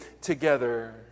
together